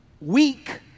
weak